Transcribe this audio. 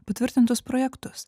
patvirtintus projektus